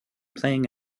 playing